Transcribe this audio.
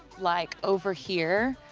like over here,